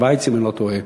בשווייץ אם אני לא טועה,